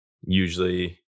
usually